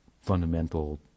fundamental